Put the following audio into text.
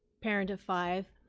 parent of five.